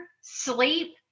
sleep